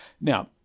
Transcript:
Now